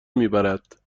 میبرد